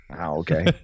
okay